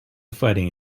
fighting